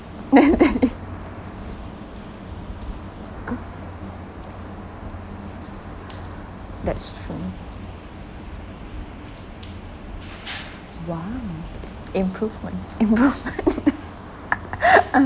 de~ dedi that's true !wow! improvement improvement